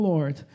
Lord